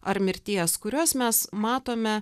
ar mirties kuriuos mes matome